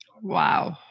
Wow